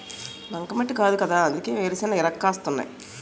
బంకమట్టి కాదుకదా అందుకే వేరుశెనగ ఇరగ కాస్తున్నాయ్